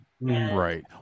right